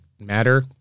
matter